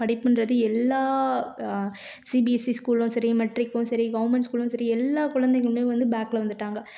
படிப்புன்றது எல்லா சிபிஎஸ்சி ஸ்கூலும் சரி மெட்ரிக்கும் சரி கவுர்மெண்ட் ஸ்கூலும் சரி எல்லா குழந்தைங்களுமே வந்து பேகில் வந்துட்டாங்க